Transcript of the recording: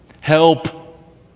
Help